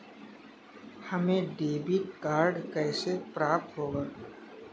हमें debit card कैसे प्राप्त होगा?